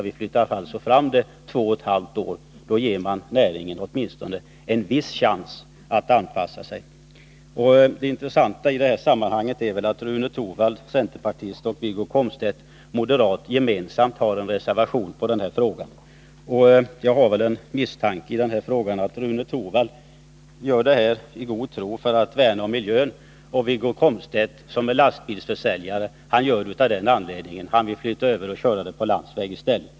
Vi flyttar alltså fram tidpunkten två och ett halvt år. Härigenom får sjöfartsnäringen åtminstone en viss chans att anpassa sig. Det intressanta i detta sammanhang är väl att Rune Torwald, centerpartist, och Wiggo Komstedt, moderat, gemensamt har avgivit en reservation i denna fråga. Jag har väl den misstanken att Rune Torwald gör detta i god tro för att värna om miljön och att Wiggo Komstedt, som är lastbilsförsäljare, gör det av den anledningen att han vill flytta över transporterna från sjön och köra dem på landsväg i stället.